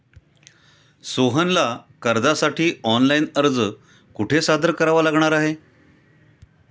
सोहनला कर्जासाठी ऑनलाइन अर्ज कुठे सादर करावा लागणार आहे?